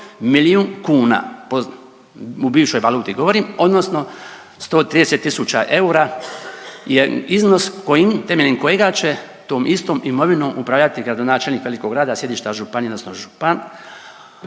milijun kuna, po, u bivšoj valuti govorim odnosno 130 tisuća eura je iznos koji, temeljem kojega će tom istom imovinom upravljati gradonačelnik velikog grada sjedišta županije odnosno župan,